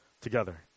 together